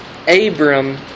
Abram